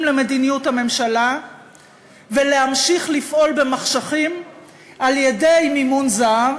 למדיניות הממשלה ולהמשיך לפעול במחשכים על-ידי מימון זר,